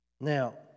Now